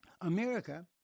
America